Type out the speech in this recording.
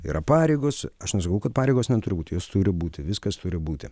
yra pareigos aš nesakau kad pareigos neturi būti jos turi būti viskas turi būti